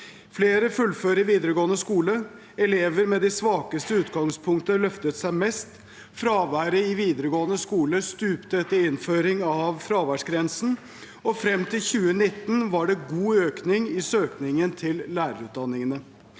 Flere fullførte videregående skole, elever med det svakeste utgangspunktet løftet seg mest, fraværet i vide regående skole stupte etter innføring av fraværsgrensen, og frem til 2019 var det god økning i søkningen til lærerutdanningene.